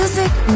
Music